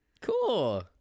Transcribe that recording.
cool